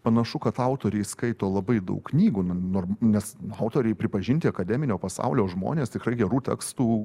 panašu kad autoriai skaito labai daug knygų nor nes autoriai pripažinti akademinio pasaulio žmonės tikrai gerų tekstų